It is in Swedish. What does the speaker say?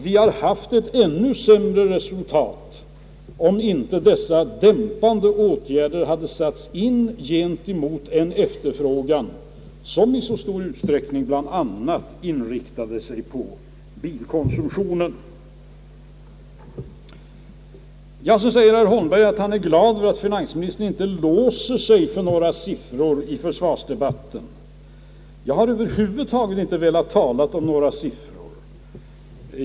Vi hade haft ett ännu sämre resultat om inte dessa dämpande åtgärder hade satts in mot en efterfrågan som i så stor utsträckning bland annat inriktade sig på bilkonsumtionen. Herr Holmberg säger sig vara glad över att finansministern inte låser fast sig vid några siffror i försvarsdebatten. Jag har över huvud taget inte velat tala om några siffror.